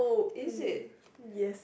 mm yes